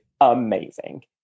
amazing